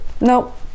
nope